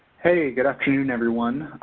hey, good afternoon, everyone.